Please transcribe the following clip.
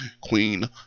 Queen